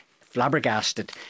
flabbergasted